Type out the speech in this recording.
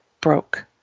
broke